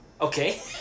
okay